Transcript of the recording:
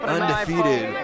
undefeated